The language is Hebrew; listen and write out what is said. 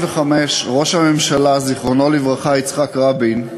ראש הממשלה, זיכרונו לברכה, יצחק רבין,